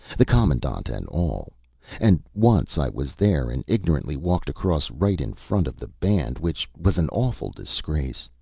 the commandant and all and once i was there, and ignorantly walked across right in front of the band, which was an awful disgrace